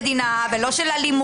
לא של ביטחון המדינה ולא של אלימות.